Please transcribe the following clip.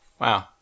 Wow